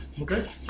Okay